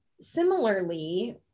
similarly